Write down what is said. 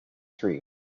three